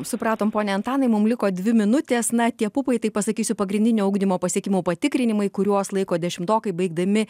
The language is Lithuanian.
supratom pone antanai mum liko dvi minutės na tie pupai tai pasakysiu pagrindinio ugdymo pasiekimų patikrinimai kuriuos laiko dešimtokai baigdami